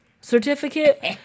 certificate